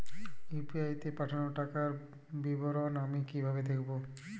UPI তে পাঠানো টাকার বিবরণ আমি কিভাবে দেখবো?